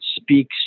speaks